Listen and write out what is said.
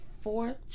fourth